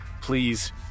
Please